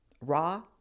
raw